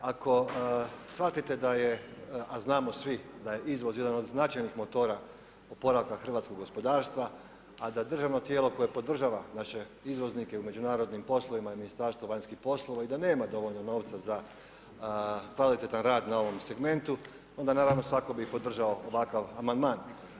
Ako shvatite da je, a znamo svi da je izvoz jedan od značajnih motora oporavka hrvatskog gospodarstva, a da državno tijelo koje podržava naše izvoznike u međunarodnim poslovima i Ministarstvo vanjskih poslova i da nema dovoljno novca za kvalitetan rad na ovom segmentu onda naravno svako bi podržao ovakav amandman.